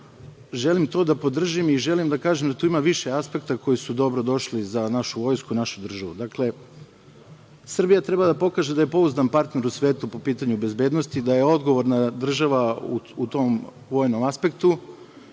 želim to da podržim i želim da kažem da tu ima više aspekta koji su dobro došli za našu vojsku, za našu državu. Srbija treba da pokaže da je pouzdan partner u svetu po pitanju bezbednosti, da je odgovorna država u tom vojnom aspektu,